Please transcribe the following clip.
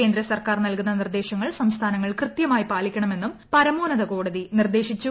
കേന്ദ്ര സർക്കാർ നൽകുന്ന നിർദ്ദേശ്ദ്രൾ സംസ്ഥാനങ്ങൾ കൃത്യമായി പാലിക്കണമെന്നും പരമ്മോക്കത് കോടതി നിർദ്ദേശിച്ചു